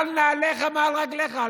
של נעליך מעל רגליך.